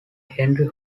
henry